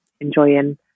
enjoying